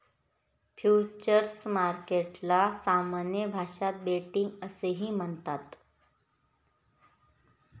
futures मार्केटला सामान्य भाषेत बेटिंग असेही म्हणतात